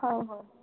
ହଉ ହଉ